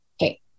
Okay